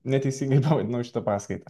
neteisingai pavadinau šitą paskaitą